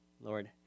Lord